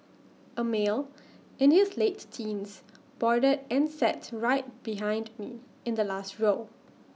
A male in his late teens boarded and sat right behind me in the last row